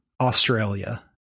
Australia